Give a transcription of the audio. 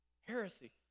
Heresy